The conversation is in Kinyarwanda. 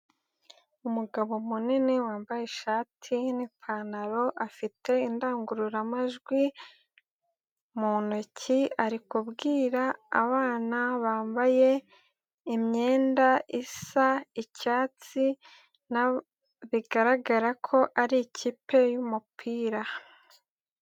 Umugabo munini wambaye ishati n'ipantaro, afite indangururamajwi mu ntoki, ari kubwira abana bambaye imyenda isa icyatsi, bigaragara ko ari ikipe y'umupira.